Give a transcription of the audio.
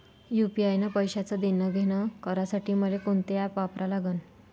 UPI न पैशाचं देणंघेणं करासाठी मले कोनते ॲप वापरा लागन?